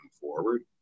forward